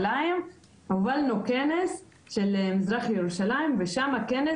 הובלנו כנס של מזרח ירושלים ושם הכנס